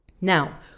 Now